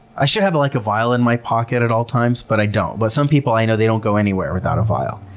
i should have a like vial and my pocket at all times, but i don't. but some people i know they don't go anywhere without a vial.